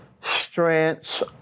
strengths